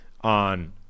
on